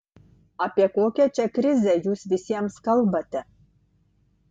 apie kokią čia krizę jūs visiems kalbate